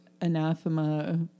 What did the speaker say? anathema